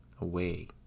away